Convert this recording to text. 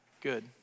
good